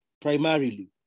primarily